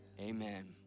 amen